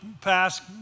past